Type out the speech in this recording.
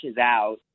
out